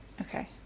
Okay